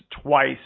twice